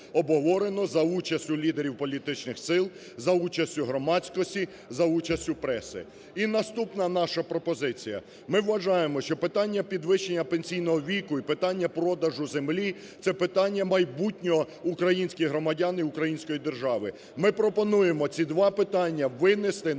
обговорено за участю лідерів політичних сил, за участю громадськості, за участю преси. І наступна наша пропозиція. Ми вважаємо, що питання підвищення пенсійного віку і питання продажу землі це питання майбутнього українських громадян, і української держави. Ми пропонуємо ці два питання винести на